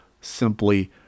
simply